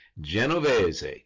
Genovese